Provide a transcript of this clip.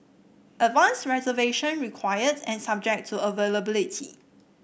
advanced reservation required and subject to availability